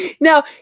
Now